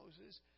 Moses